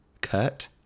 Kurt